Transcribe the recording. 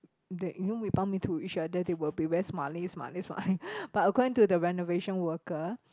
they you know we bumped into each other they will be very smiley smiley smiley but according to the renovation worker